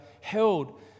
held